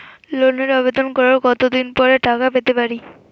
লোনের আবেদন করার কত দিন পরে টাকা পেতে পারি?